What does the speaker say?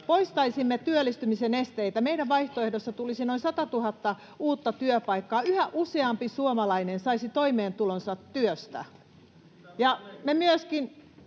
poistaisimme työllistymisen esteitä. Meidän vaihtoehdossa tulisi noin 100 000 uutta työpaikkaa. Yhä useampi suomalainen saisi toimeentulonsa työstä. Me myöskin